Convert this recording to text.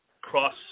cross